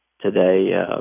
today